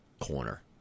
corner